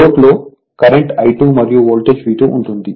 load లో current I2 మరియు voltage V2 ఉంటుంది